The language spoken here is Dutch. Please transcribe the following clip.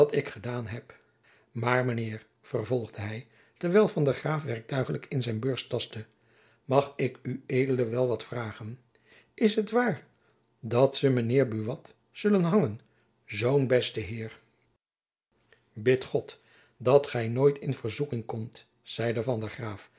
ik edaen heb maer men heir vervolgde hy terwijl van der graef werktuigelijk in zijn beurs tastte mag ik ue wel wat vraêgen is het wair dat ze men heir buat zullen hangen zoo'n besten heir bid god dat gy nooit in verzoeking komt jacob van lennep elizabeth musch zeide van der graef